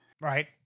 Right